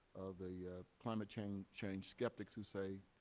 the climate change change sceptics who say,